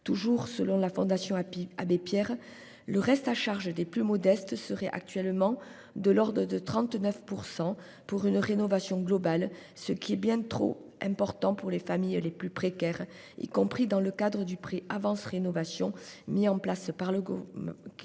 Toujours selon la Fondation Abbé Pierre, le reste à charge des plus modestes serait actuellement de l'ordre de 39 % pour une rénovation globale, ce qui est bien trop important pour les familles les plus précaires, y compris dans le cadre du prêt avance rénovation mis en place par le Gouvernement,